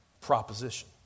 proposition